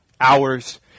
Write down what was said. hours